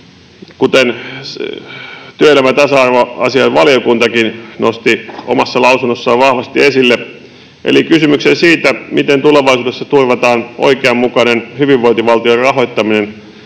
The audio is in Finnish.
kuten työelämä- ja tasa-arvoasiainvaliokuntakin nosti omassa lausunnossaan vahvasti esille, eli kysymykseen siitä, miten tulevaisuudessa turvataan oikeanmukainen hyvinvointivaltion rahoittaminen